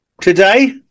Today